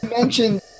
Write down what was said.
mentioned